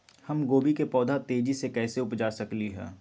हम गोभी के पौधा तेजी से कैसे उपजा सकली ह?